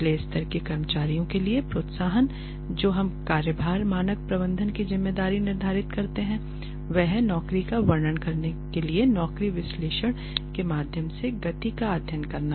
निचले स्तर के कर्मचारियों के लिए प्रोत्साहन जो हम कार्यभार मानक प्रबंधन की ज़िम्मेदारी निर्धारित करते हैं वह है नौकरी का वर्णन करने के लिए नौकरी विश्लेषण के माध्यम से गति का अध्ययन करना